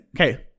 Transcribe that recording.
okay